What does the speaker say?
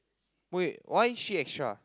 wait why is she extra